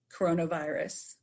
coronavirus